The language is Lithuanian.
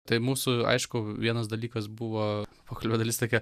tai mūsų aišku vienas dalykas buvo pokalbio dalis tokia